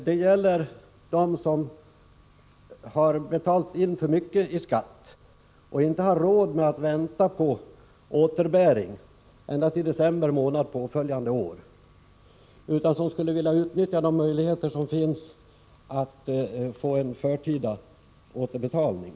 Det gäller dem som har betalat in för mycket i skatt och inte har råd att vänta på återbäring ända till december månad påföljande år, utan skulle vilja utnyttja de möjligheter som finns att få en förtida återbetalning.